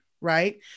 right